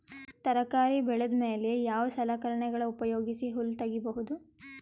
ತರಕಾರಿ ಬೆಳದ ಮೇಲೆ ಯಾವ ಸಲಕರಣೆಗಳ ಉಪಯೋಗಿಸಿ ಹುಲ್ಲ ತಗಿಬಹುದು?